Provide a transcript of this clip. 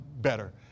better